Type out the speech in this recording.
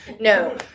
no